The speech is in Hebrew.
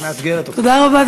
תודה רבה,